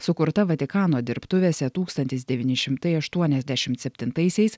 sukurta vatikano dirbtuvėse tūkstantis devyni šimtai aštuoniasdešimt septintaisiais